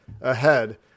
ahead